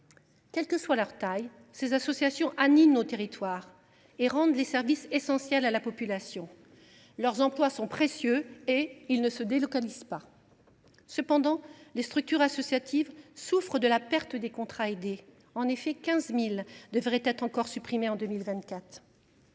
Quelle que soit leur taille, ces associations animent nos territoires et rendent des services essentiels à la population. Leurs emplois sont précieux, et ils ne se délocalisent pas. Cependant, les structures associatives souffrent de la perte des contrats aidés, dont 15 000 devraient encore être supprimés en 2024.